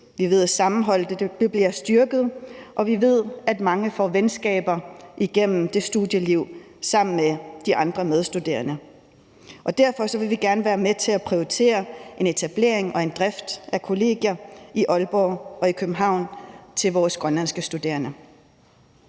Vi ved, at sammenholdet bliver styrket, og vi ved, at mange får venskaber igennem det studieliv sammen med de andre medstuderende, og derfor vil vi gerne være med til at prioritere en etablering og drift af kollegier i Aalborg og i København til vores grønlandske studerende.